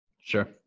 Sure